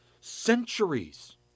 centuries